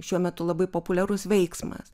šiuo metu labai populiarus veiksmas